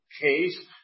case